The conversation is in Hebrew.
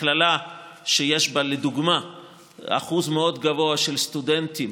מכללה שיש בה שיעור מאוד גבוה של סטודנטים